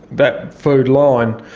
that food line,